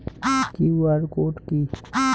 QR code কি?